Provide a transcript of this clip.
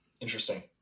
Interesting